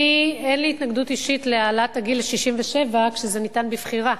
אין לי התנגדות אישית להעלאת הגיל ל-67 כשזה בבחירה,